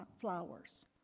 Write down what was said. flowers